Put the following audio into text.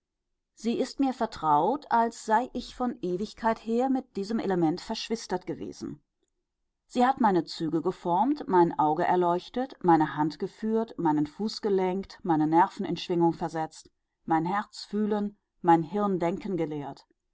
sie ist mir vertraut als sei ich von ewigkeit her mit diesem element verschwistert gewesen sie hat meine züge geformt mein auge erleuchtet meine hand geführt meinen fuß gelenkt meine nerven in schwingung versetzt mein herz fühlen mein hirn denken gelehrt